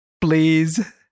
please